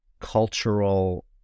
cultural